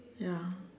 ya